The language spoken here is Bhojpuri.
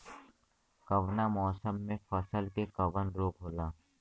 कवना मौसम मे फसल के कवन रोग होला?